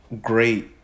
great